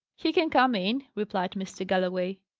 he can come in, replied mr. galloway.